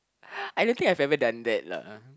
I don't think I've ever done that lah